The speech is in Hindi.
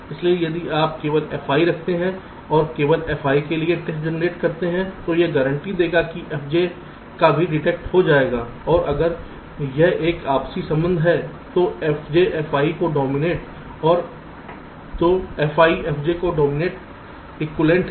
इसलिए यदि आप केवल fi रखते हैं और केवल fi के लिए टेस्ट जेनरेट करते हैं तो यह गारंटी देगा कि fj का भी डिटेक्ट हो जाएगा और अगर यह एक आपसी संबंध है तो fj fi को डोमिनेट और तो fi fjको डोमिनेट इक्विवेलेंट है